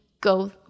go